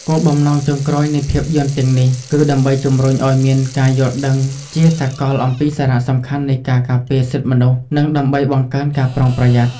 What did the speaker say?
គោលបំណងចុងក្រោយនៃភាពយន្តទាំងនេះ គឺដើម្បីជំរុញឲ្យមានការយល់ដឹងជាសាកលអំពីសារៈសំខាន់នៃការការពារសិទ្ធិមនុស្ស និងដើម្បីបង្កើនការប្រុងប្រយ័ត្ន។